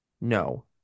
no